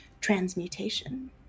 transmutation